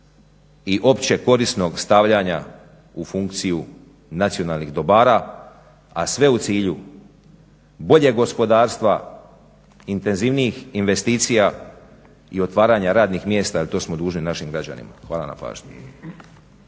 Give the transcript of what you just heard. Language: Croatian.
i općekorisnog stavljanja u funkciju nacionalnih dobara, a sve u cilju boljeg gospodarstva, intenzivnijih investicija i otvaranja radnih mjesta jer to smo dužni našim građanima. Hvala na pažnji.